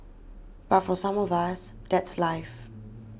but for some of us that's life